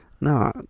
No